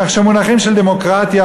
כך שמונחים של דמוקרטיה